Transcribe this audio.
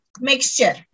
mixture